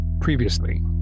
Previously